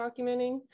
documenting